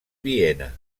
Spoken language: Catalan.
viena